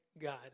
God